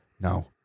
no